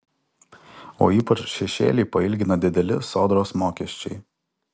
o ypač šešėlį pailgina dideli sodros mokesčiai